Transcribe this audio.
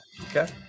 Okay